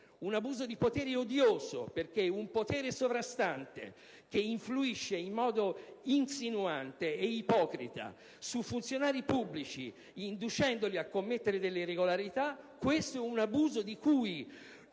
un abuso di potere odioso: perché un potere sovrastante che influisce in modo insinuante ed ipocrita su funzionari pubblici, inducendoli a commettere delle irregolarità, è un abuso di cui